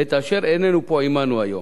ואת אשר איננו פה עמנו היום".